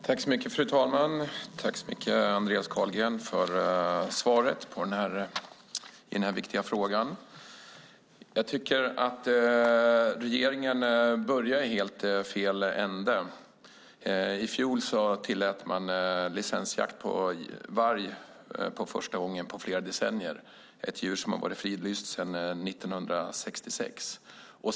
Fru talman! Jag vill tacka Andreas Carlgren för svaret i denna mycket viktiga fråga men vill säga att jag tycker att regeringen börjar i helt fel ände. För första gången på decennier tilläts i fjol licensjakt på varg - ett djur som varit fridlyst sedan 1966.